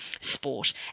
sport